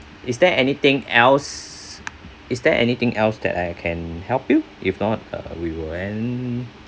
is there anything else is there anything else that I can help you if not uh we will end